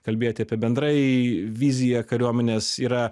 kalbėt apie bendrai viziją kariuomenės yra